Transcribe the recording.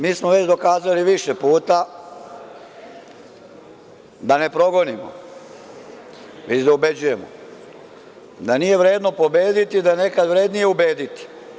Mi smo već dokazali više puta da ne progonimo, već da ubeđujemo, da nije vredno pobediti, da je nekad vrednije ubediti.